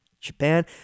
Japan